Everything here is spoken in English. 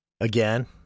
again